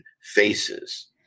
faces